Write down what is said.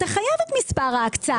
אתה חייב את מספר ההקצאה.